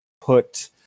put